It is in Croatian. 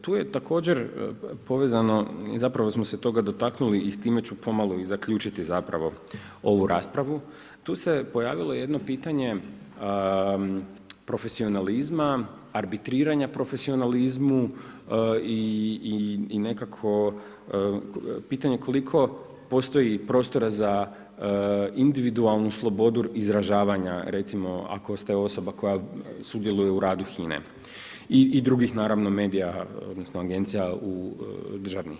Tu je također povezano i zapravo smo se toga dotaknuli i s time ću pomalo zaključiti ovu raspravu, tu se pojavilo jedno pitanje profesionalizma, arbitriranja profesionalizmu i nekako pitanje koliko postoji prostora za individualnu slobodu izražavanja, recimo ako ste osoba koja sudjeluje u radu HINA-e i drugih medija odnosno agencija državnih.